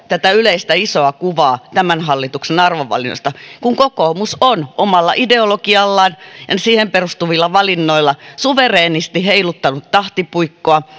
yleistä isoa kuvaa tämän hallituksen arvovalinnoista kun kokoomus on omalla ideologiallaan ja siihen perustuvilla valinnoilla suvereenisti heiluttanut tahtipuikkoa